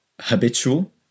habitual